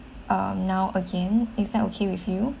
uh now again is that okay with you